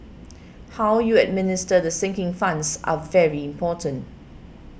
how you administer the sinking funds are very important